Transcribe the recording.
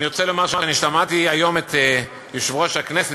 אני רוצה לומר ששמעתי היום את יושב-ראש הכנסת,